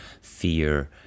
fear